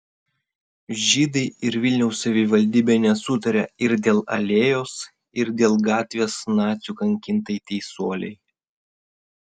žydai ir vilniaus savivaldybė nesutaria ir dėl alėjos ir dėl gatvės nacių kankintai teisuolei